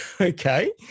okay